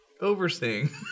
overseeing